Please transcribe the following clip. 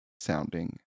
sounding